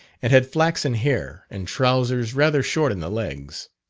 and had flaxen hair, and trousers rather short in the legs.